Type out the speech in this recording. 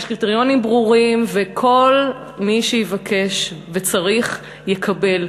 יש קריטריונים ברורים, וכל מי שיבקש וצריך, יקבל.